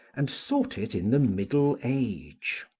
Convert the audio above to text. and sought it in the middle age.